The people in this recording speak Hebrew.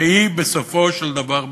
והיא בסופו של דבר בידך.